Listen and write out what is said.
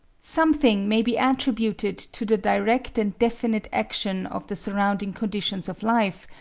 something may be attributed to the direct and definite action of the surrounding conditions of life,